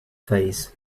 face